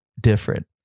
different